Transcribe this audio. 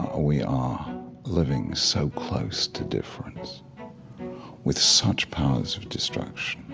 ah we are living so close to difference with such powers of destruction